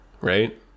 right